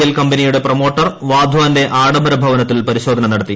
ൽ കമ്പനിയുടെ പ്രമോട്ടർ വാധാന്റെ ആഡംബര ഭവനത്തിൽ പരിശോധന നടത്തി